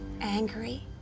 Angry